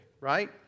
right